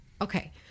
Okay